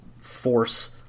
force